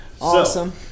Awesome